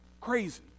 crazy